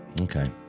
Okay